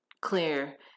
clear